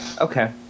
Okay